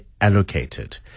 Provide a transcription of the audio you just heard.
allocated